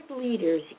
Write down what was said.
leaders